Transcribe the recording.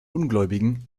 ungläubigen